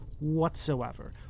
whatsoever